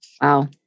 Wow